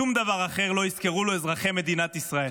שום דבר אחר לא יזכרו לו אזרחי מדינת ישראל.